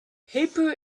paper